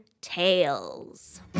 tales